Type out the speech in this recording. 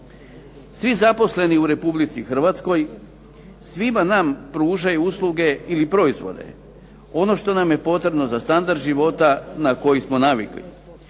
Svi zaposleni u Republici Hrvatskoj svima nam pružaju usluge ili proizvode, ono što nam je potrebno za standard života na koji smo navikli.